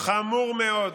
חמור מאוד,